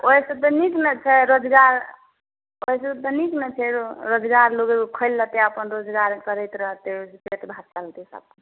ओहिसँ तऽ नीक ने छै रोजगार ओहिसँ तऽ नीक ने छै रोजगार लोग एगो खोलि लेतै अपन रोजगार करैत रहतै